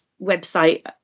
website